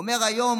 אומר שהיום